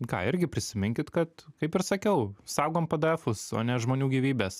ką irgi prisiminkit kad kaip ir sakiau saugom pdefus o ne žmonių gyvybes